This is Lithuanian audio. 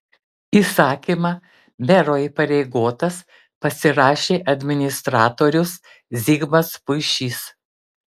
įsakymą mero įpareigotas pasirašė administratorius zigmas puišys